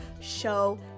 show